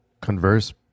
converse